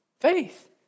faith